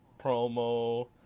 promo